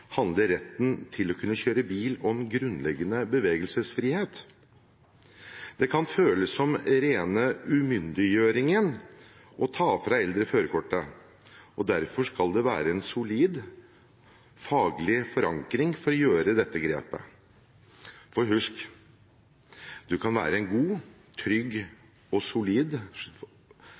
handler retten til å kunne kjøre bil om grunnleggende bevegelsesfrihet. Det kan føles som en ren umyndiggjøring å ta fra eldre førerkortet, og derfor skal det være en solid faglig forankring for å ta dette grepet. For husk: Du kan være en god, trygg og solid